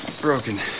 broken